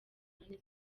munani